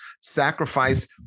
Sacrifice